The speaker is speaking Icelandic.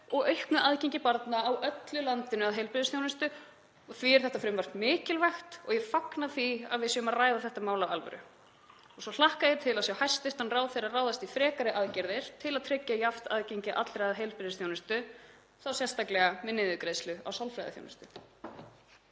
og auknu aðgengi barna á öllu landinu að heilbrigðisþjónustu. Þess vegna er þetta frumvarp mikilvægt og ég fagna því að við séum að ræða þetta mál af alvöru. Svo hlakka ég til að sjá hæstv. ráðherra að ráðast í frekari aðgerðir til að tryggja jafnt aðgengi allra að heilbrigðisþjónustu, þá sérstaklega með niðurgreiðslu á sálfræðiþjónustu.